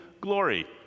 glory